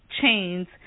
chains